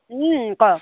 ওম ক